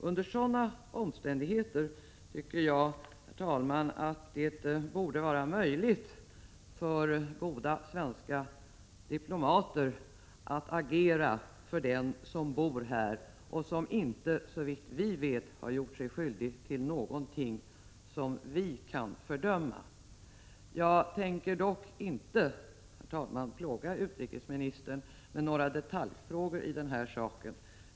Under sådana omständigheter tycker jag, herr talman, att det borde vara möjligt för goda svenska diplomater att agera för den som bor i Sverige och som inte, såvitt vi vet, har gjort sig skyldig till något vi kan fördöma. Jag tänker dock inte, herr talman, plåga utrikesministern med några detaljfrågor i denna sak.